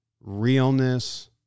realness